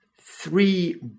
three